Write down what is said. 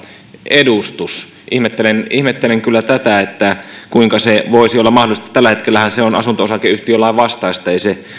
edustus ihmettelen ihmettelen kyllä tätä että kuinka se voisi olla mahdollista tällä hetkellähän se on asunto osakeyhtiölain vastaista ei se